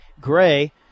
Gray